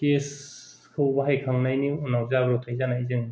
गेसखौ बाहायखांनायनि उननाव जाब्रबथाय जानायजों